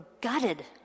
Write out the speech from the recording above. gutted